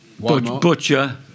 Butcher